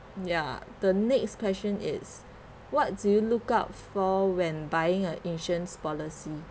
ya the next question is what do you look out for when buying a insurance policy